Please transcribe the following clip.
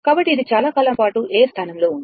కాబట్టి ఇది చాలా కాలం పాటు A స్థానంలో ఉంది